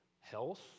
health